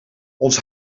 ons